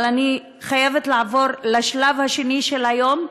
אבל אני חייבת לעבור לשלב השני של היום: